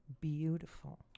beautiful